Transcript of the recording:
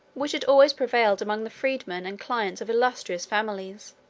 which had always prevailed among the freedmen and clients of illustrious families.